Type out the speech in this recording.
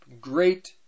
great